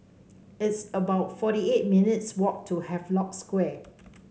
it's about forty eight minutes' walk to Havelock Square